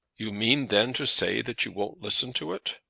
you mean then to say that you won't listen to it?